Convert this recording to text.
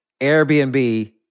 Airbnb